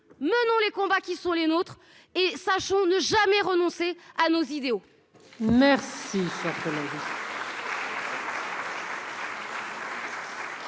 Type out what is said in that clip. menons les combats qui sont les nôtres et sachant ne jamais renoncer à nos idéaux.